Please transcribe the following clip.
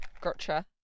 Gotcha